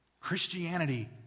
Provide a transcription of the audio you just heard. Christianity